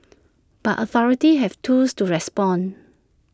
but authorities have tools to respond